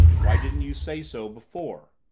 why didn't you say so before?